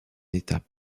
état